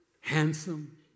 handsome